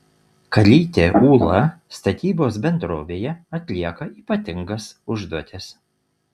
kalytė ūla statybos bendrovėje atlieka ypatingas užduotis